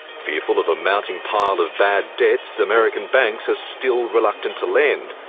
fearful of a mounting pile of bad debts, american banks are still reluctant to lend,